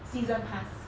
season pass